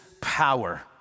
power